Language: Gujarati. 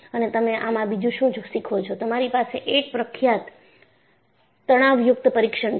અને તમે આમાં બીજું શું શીખો છો તમારી પાસે એક પ્રખ્યાત તાણયુક્ત પરીક્ષણ છે